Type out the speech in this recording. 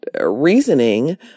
reasoning